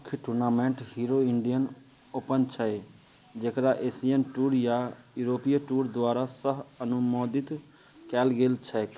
मुख्य tournament Hero Indian Open छै जकरा एशियन टूर या यूरोपीय टूर द्वारा सहअनुमोदित कएल गेल छै